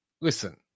listen